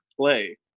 play